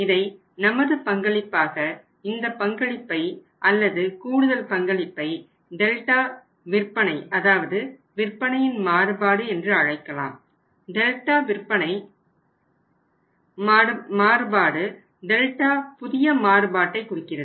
இதை நமது பங்களிப்பாகஇந்த பங்களிப்பை அல்லது கூடுதல் பங்களிப்பை டெல்டா புதிய மாறுபாட்டை குறிக்கிறது